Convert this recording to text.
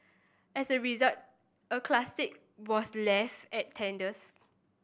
as a result a classic was left at tatters